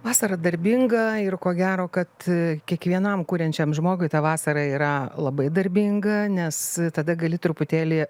vasara darbinga ir ko gero kad kiekvienam kuriančiam žmogui ta vasara yra labai darbinga nes tada gali truputėlį